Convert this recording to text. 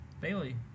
Bailey